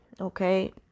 okay